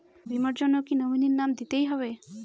বীমার জন্য কি নমিনীর নাম দিতেই হবে?